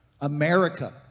America